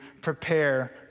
prepare